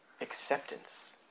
Acceptance